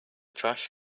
trash